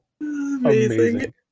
Amazing